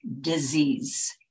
disease